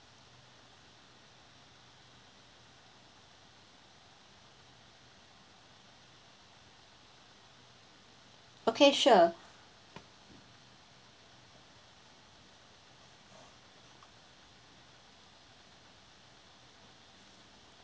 okay sure